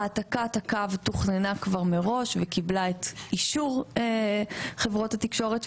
העתקת הקו תוכננה כבר מראש וקיבלה את אישור חברות התקשורת,